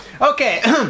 Okay